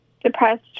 Depressed